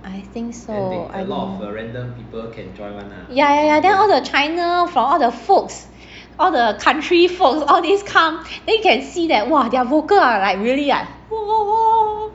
I think so I don't ya ya ya then all the China from all the folks all the country folks all these come then you can see that !wah! their vocal are like really ah